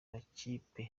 makipe